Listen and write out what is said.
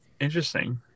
Interesting